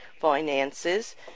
finances